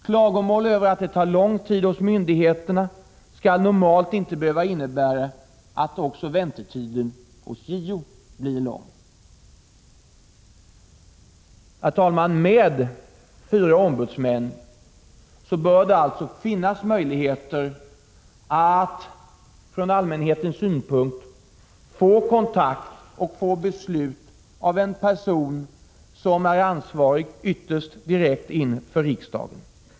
Klagomål över att det tar lång tid hos myndigheterna skall normalt inte behöva innebära att väntetiden också hos JO blir lång. Med fyra ombudsmän bör det finnas möjligheter att från allmänhetens synpunkt få kontakt med och få beslut av en person som ytterst är ansvarig direkt inför riksdagen.